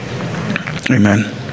amen